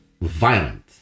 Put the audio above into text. violent